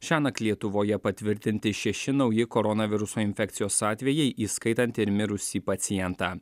šiąnakt lietuvoje patvirtinti šeši nauji koronaviruso infekcijos atvejai įskaitant ir mirusį pacientą